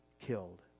killed